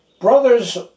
Brothers